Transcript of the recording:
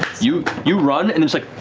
you you run and it's like,